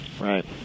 Right